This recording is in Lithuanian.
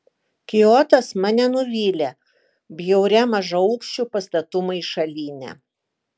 kiotas mane nuvylė bjauria mažaaukščių pastatų maišalyne